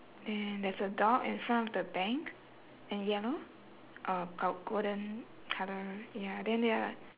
and there's a dog in front of the bank in yellow or oh golden colour ya then ya